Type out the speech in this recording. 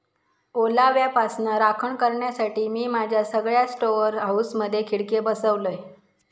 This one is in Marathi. ओलाव्यापासना राखण करण्यासाठी, मी माझ्या सगळ्या स्टोअर हाऊसमधे खिडके बसवलय